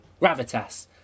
gravitas